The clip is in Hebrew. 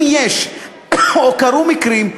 אם יש או קרו מקרים,